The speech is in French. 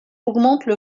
augmentent